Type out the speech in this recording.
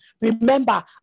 Remember